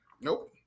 nope